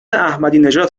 احمدینژاد